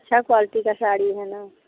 अच्छा क्वालिटी का साड़ी है ना